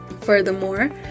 Furthermore